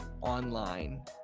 online